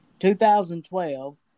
2012